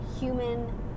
human